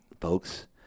Folks